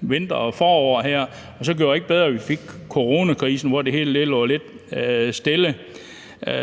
vinteren og foråret her, og så gjorde det det ikke bedre, at vi fik coronakrisen, hvor det hele lå lidt stille.